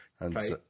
Right